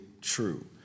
true